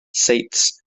saets